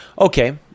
okay